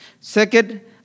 Second